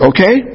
Okay